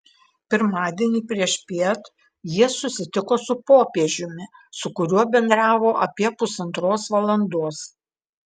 pirmadienį priešpiet jie susitiko su popiežiumi su kuriuo bendravo apie pusantros valandos